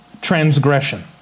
transgression